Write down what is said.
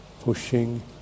pushing